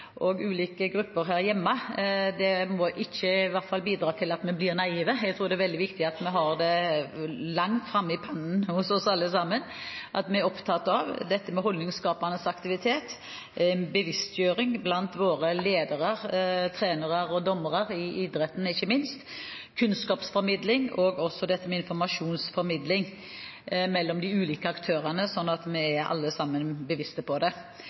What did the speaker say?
ulike grupper her hjemme i hvert fall ikke må bidra til at vi blir naive. Jeg tror det er veldig viktig at vi alle har langt framme i pannen – at vi er opptatt av – dette med holdningsskapende aktivitet, bevisstgjøring blant våre ledere, trenere og dommere, i idretten ikke minst, kunnskapsformidling og informasjonsformidling mellom de ulike aktørene, at vi alle er oss dette bevisst. Det